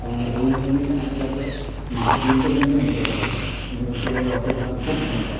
এবং এই ইঞ্জেকশন হতে থাকে মাসে তিনটে পর্যন্ত নিতে হতে পারে র শরীরে রক্তের পরিমাণ খুব কমে যায়